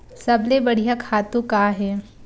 सबले बढ़िया खातु का हे?